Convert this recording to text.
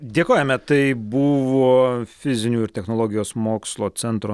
dėkojame tai buvo fizinių ir technologijos mokslo centro